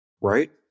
Right